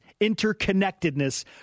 interconnectedness